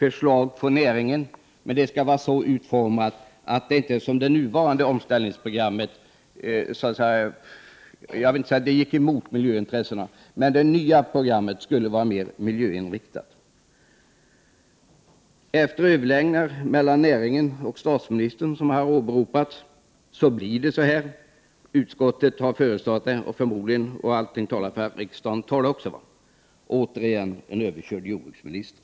Och näringen föreslår ett omställningsprogram som skall vara mer miljöinriktat än det nuvarande. Därmed inte sagt att det nuvarande omställningsprogrammet har gått emot miljöintressena. Vid överläggningarna mellan näringen och statsministern, vilka har åberopats, kom man fram till att det skall bli på detta sätt. Det är vad utskottet har föreslagit, och allt talar för att riksdagen också fattar beslut om det. Återigen en överkörd jordbruksminister.